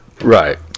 Right